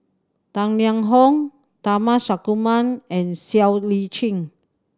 Tang Liang Hong Tharman Shanmugaratnam and Siow Lee Chin